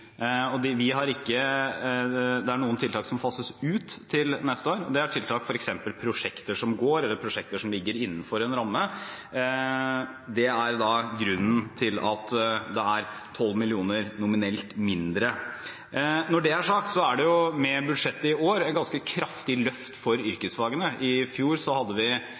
Det er noen tiltak som fases ut til neste år, og det er tiltak som f.eks. prosjekter som går, eller prosjekter som ligger innenfor en ramme. Det er grunnen til at det er 12 mill. kr nominelt mindre. Når det er sagt, er det i budsjettet i år et ganske kraftig løft for yrkesfagene. I inneværende års budsjett hadde vi